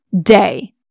day